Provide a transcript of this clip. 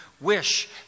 wish